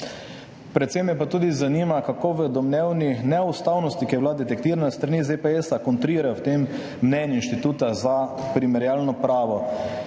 mnenja Inštituta opira? Kako domnevni neustavnosti, ki je bila detektirana s strani ZPS, kontrirajo v tem mnenju Inštituta za primerjalno pravo?